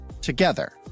Together